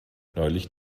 neulich